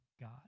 God